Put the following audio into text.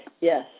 Yes